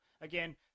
Again